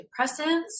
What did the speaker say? antidepressants